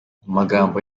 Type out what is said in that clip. magambo